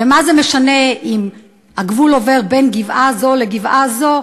ומה זה משנה אם הגבול עובר בין גבעה זו לגבעה זו,